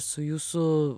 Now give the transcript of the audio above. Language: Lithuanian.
su jūsų